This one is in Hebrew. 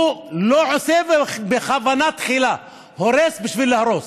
הוא לא עושה, ובכוונה תחילה, הורס בשביל להרוס.